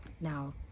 Now